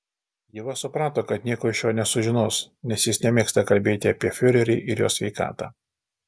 ieva suprato kad nieko iš jo nesužinos nes jis nemėgsta kalbėti apie fiurerį ir jo sveikatą